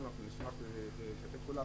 ככל שתאפשרו לנו, אנחנו נשמח לשתף פעולה.